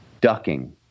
ducking